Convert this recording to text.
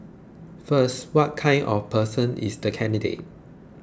first what kind of person is the candidate